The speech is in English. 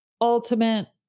ultimate